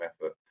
effort